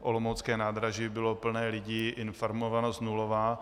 Olomoucké nádraží bylo plné lidí, informovanost nulová.